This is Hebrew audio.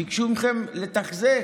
ביקשו מכם לתחזק,